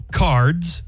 cards